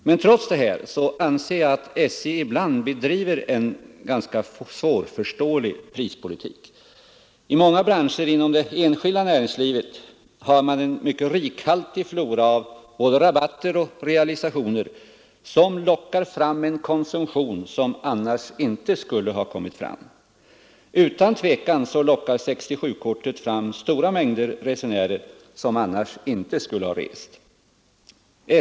Men trots detta anser jag att SJ ibland bedriver en ganska svårförståelig prispolitik. I många branscher inom det enskilda näringslivet har man en mycket rikhaltig flora av både rabatter och realisationer som lockar fram en konsumtion som annars inte skulle ha kommit till stånd. Utan tvivel lockar 67-kortet fram stora mängder resenärer som annars inte skulle ha rest.